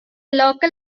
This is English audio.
local